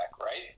right